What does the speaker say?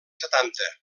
setanta